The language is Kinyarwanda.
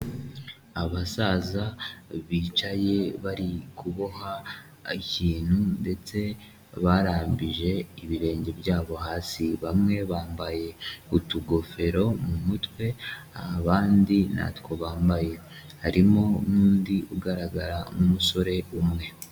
Abasaza bicaye bari kuboha ikintu ndetse barambije ibirenge byabo hasi bamwe bambaye utugofero mu mutwe abandi ntatwo bambaye, harimo n'undi ugaragara nk'umusore umwe.